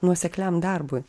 nuosekliam darbui